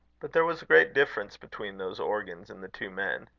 but there was a great difference between those organs in the two men.